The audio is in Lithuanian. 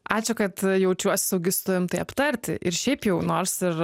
ačiū kad jaučiuosi saugi su tavim tai aptarti ir šiaip jau nors ir